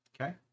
Okay